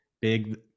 big